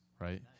right